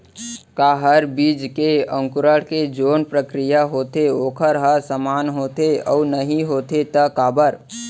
का हर बीज के अंकुरण के जोन प्रक्रिया होथे वोकर ह समान होथे, अऊ नहीं होथे ता काबर?